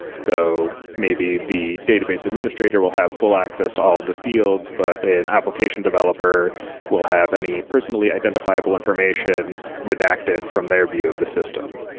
so, maybe the database administrator will have full access to all of the fields, but an application developer will have any personally identifiable information redacted from their view of the system.